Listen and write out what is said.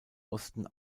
osten